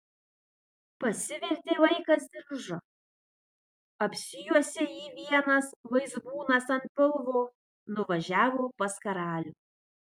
pasivertė vaikas diržu apsijuosė jį vienas vaizbūnas ant pilvo nuvažiavo pas karalių